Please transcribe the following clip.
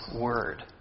word